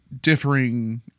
differing